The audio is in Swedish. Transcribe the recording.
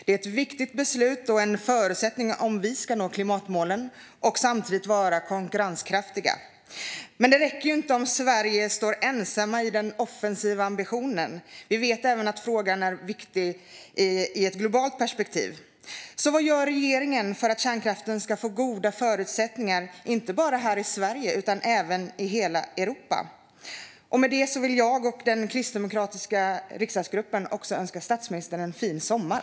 Det är ett viktigt beslut och en förutsättning om vi ska nå klimatmålen och samtidigt vara konkurrenskraftiga. Men detta räcker inte om Sverige står ensamma i den offensiva ambitionen. Vi vet att frågan även är viktig i ett globalt perspektiv. Så vad gör regeringen för att kärnkraften ska få goda förutsättningar, inte bara här i Sverige utan även i hela Europa? Med detta vill jag och den kristdemokratiska riksdagsgruppen också önska statsministern en fin sommar!